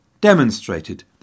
demonstrated